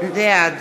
בעד